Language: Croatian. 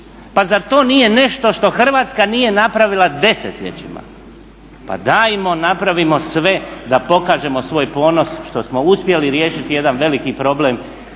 Pa zar to nije nešto što Hrvatska nije napravila desetljećima. Pa dajmo napravimo sve da pokažemo svoj ponos što smo uspjeli riješiti jedan veliki problem